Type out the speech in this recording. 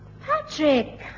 Patrick